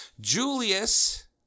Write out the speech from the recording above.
julius